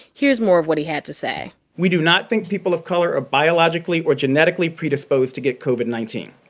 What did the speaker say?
here's more of what he had to say we do not think people of color are biologically or genetically predisposed to get covid nineteen.